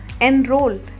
enroll